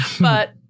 but-